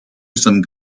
some